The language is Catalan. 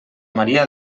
maria